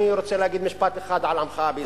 אני רוצה להגיד משפט אחד על עמך בישראל,